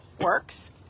works